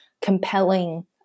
compelling